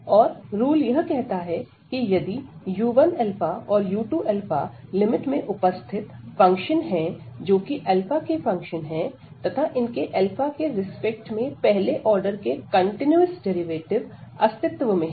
और रूल यह कहता है कि यदि u1 और u2α लिमिट में उपस्थित फंक्शन है जो कि के फंक्शन हैं तथा इनके के रिस्पेक्ट में पहले ऑर्डर के कंटीन्यूअस डेरिवेटिव अस्तित्व में हैं